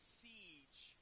siege